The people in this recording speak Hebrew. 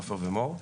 עופר ומור.